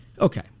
Okay